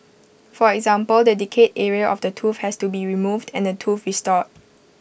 for example the decayed area of the tooth has to be removed and the tooth restored